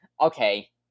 okay